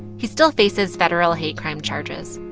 he still faces federal hate crime charges.